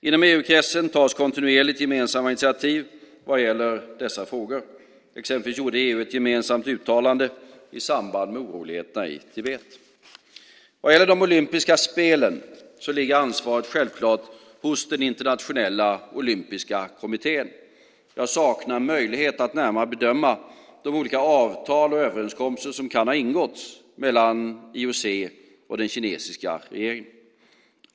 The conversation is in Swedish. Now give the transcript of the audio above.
Inom EU-kretsen tas kontinuerligt gemensamma initiativ vad gäller dessa frågor. Exempelvis gjorde EU ett gemensamt uttalande i samband med oroligheterna i Tibet. Vad gäller de olympiska spelen ligger ansvaret självklart hos Internationella olympiska kommittén. Jag saknar möjlighet att närmare bedöma de olika avtal och överenskommelser som kan ha ingåtts mellan IOC och den kinesiska regeringen.